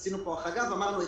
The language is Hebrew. עשינו פה החרגה ואמרנו: